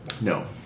No